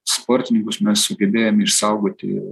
sportininkus mes sugebėjome išsaugoti